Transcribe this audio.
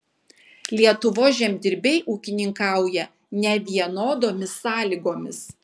lietuvos žemdirbiai ūkininkauja nevienodomis sąlygomis